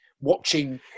watching